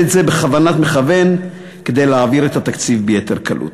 את זה בכוונת מכוון כדי להעביר את התקציב ביתר קלות.